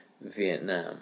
Vietnam